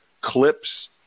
clips